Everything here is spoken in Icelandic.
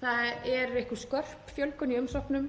Það er einhver skörp fjölgun í umsóknum